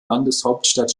landeshauptstadt